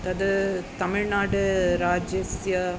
तद् तमिळ्नाडुराज्यस्य